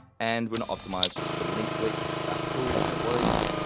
and we're not optimised just for link clicks, that's cool, no worries.